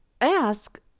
ask